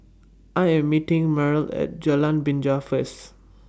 I Am meeting Mariel At Jalan Binja First